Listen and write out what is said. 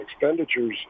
expenditures